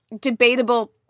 debatable